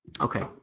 Okay